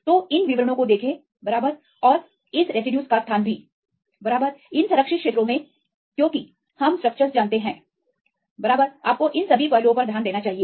तो इन विवरणों को देखें बराबर और इस रेसिड्यूज का स्थान भी बराबर संरक्षित क्षेत्रों में क्योंकि हम स्ट्रक्चरस जानते हैं बराबर आपको इन सभी पहलुओं पर ध्यान देना चाहिए